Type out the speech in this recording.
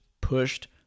pushed